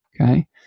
Okay